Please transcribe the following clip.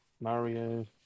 Mario